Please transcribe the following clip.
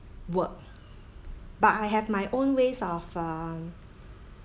work but I have my own ways of um